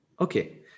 okay